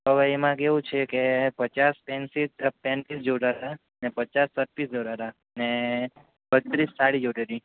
તો હવે એમાં કેવું છે કે પચાસ પેન્ટ પીસ જોઈતા છે ને પચાસ શર્ટ પીસ જોઈતાં હતા ને બત્રીસ સાડી જોઈતી હતી